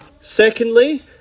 Secondly